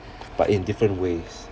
but in different ways